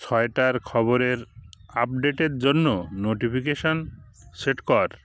ছয়টার খবরের আপডেটের জন্য নোটিফিকেশন সেট কর